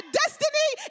destiny